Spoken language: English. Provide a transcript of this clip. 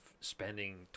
spending